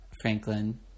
Franklin